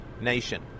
nation